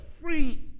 free